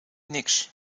niks